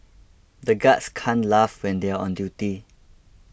the guards can't laugh when they are on duty